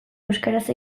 euskaraz